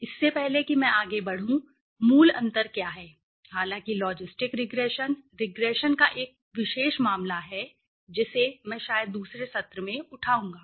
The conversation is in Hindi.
इससे पहले कि मैं आगे बढ़ूं मूल अंतर क्या है हालांकि लॉजिस्टिक रिग्रेशन रिग्रेशनका एक विशेष मामला है जिसे मैं शायद दूसरे सत्र में उठाऊंगा